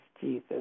Jesus